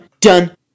done